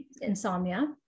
insomnia